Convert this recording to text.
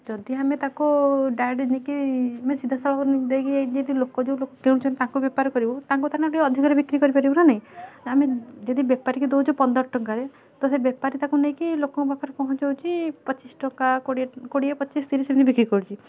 ଯଦି ଆମେ ତାକୁ ନେଇକି ସିଧାସଳଖ ଦେଇକି ଲୋକ ଯେଉଁ ଲୋକ କିଣୁଛନ୍ତି ତାକୁ ବେପାର କରିବୁ ତାଙ୍କ ଅଧିକରେ ବିକ୍ରି କରିପାରିବୁ ନା ନାହିଁ ଆମେ ଯଦି ବେପାରୀକୁ ଦେଉଛୁ ପନ୍ଦର ଟଙ୍କାରେ ତ ସେ ବେପାରୀ ତାକୁ ନେଇକି ଲୋକଙ୍କ ପାଖରେ ପହଞ୍ଚାଉଛି ପଚିଶି ଟଙ୍କା କୋଡ଼ିଏ ପଚିଶି ତିରିଶି ଏମିତି ବିକ୍ରି କରୁଛି